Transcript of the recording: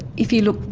if you look,